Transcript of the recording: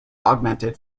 augmented